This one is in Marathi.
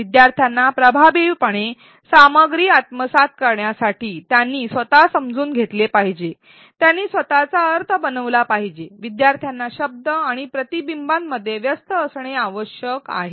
शिकणाऱ्यांना प्रभावीपणे सामग्री आत्मसात करण्यासाठी त्यांनी स्वतः समजून घेतले पाहिजे त्यांनी स्वतःचा अर्थ बनवला पाहिजे शिकणाऱ्यांना शब्द आणि प्रतिबिंबांमध्ये व्यस्त असणे आवश्यक आहे